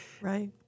right